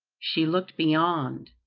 she looked beyond,